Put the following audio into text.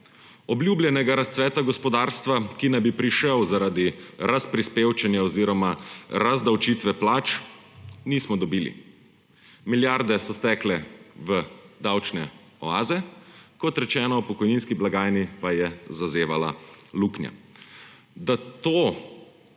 Obljubljenega razcveta gospodarstva, ki naj bi prišel zaradi razprispevčenja oziroma razdavčitve plač, nismo dobili. Milijarde so stekle v davčne oaze, kot rečeno, v pokojninski blagajni pa je zazevala luknja.